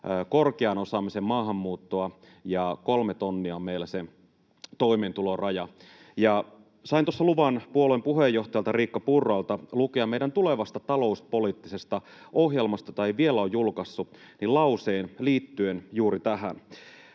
korkean osaamisen maahanmuuttoa, ja kolme tonnia on meillä se toimeentuloraja. Sain tuossa luvan puolueen puheenjohtajalta Riikka Purralta lukea meidän tulevasta talouspoliittisesta ohjelmasta, jota ei vielä ole julkaistu, lauseen liittyen juuri tähän: